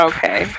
Okay